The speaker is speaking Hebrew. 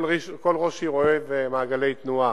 כל ראש עיר אוהב מעגלי תנועה,